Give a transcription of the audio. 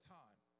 time